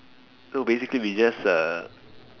so basically we just uh